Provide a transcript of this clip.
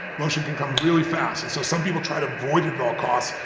emotion can come really fast. and so some people try to avoid it at all costs,